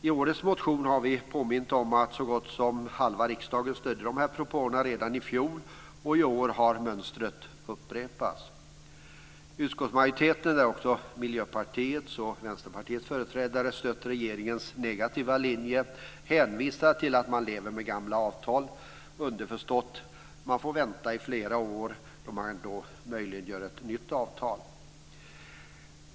I årets motion har vi påmint om att så gott som halva riksdagen stödde dessa propåer redan i fjol, och i år har mönstret upprepats. Utskottsmajoriteten, där också Miljöpartiets och Vänsterpartiets företrädare stött regeringens negativa linje, hänvisar till att man lever med gamla avtal, underförstått att man får vänta i flera år då man möjligen gör ett nytt avtal.